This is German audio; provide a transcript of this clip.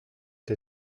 der